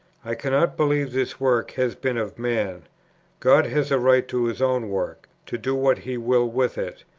i cannot believe this work has been of man god has a right to his own work, to do what he will with it.